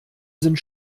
sind